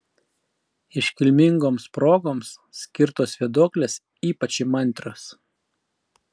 iškilmingoms progoms skirtos vėduoklės ypač įmantrios